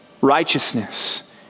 righteousness